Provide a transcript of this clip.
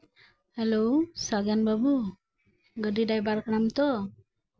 hello ᱥᱟᱜᱮᱱ ᱵᱟᱵᱩ ᱜᱟᱹᱰᱤ ᱰᱟᱭᱵᱷᱟᱨ ᱠᱟᱱᱟᱢ ᱛᱚ